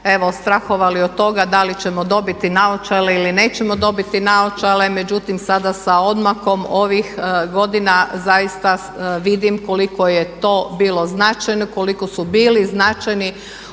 evo strahovali od toga da li ćemo dobiti naočale ili nećemo dobiti naočale. Međutim sada sa odmakom ovih godina zaista vidim koliko je to bilo značajno i koliko su bili značajni